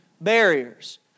barriers